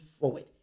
forward